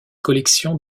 collections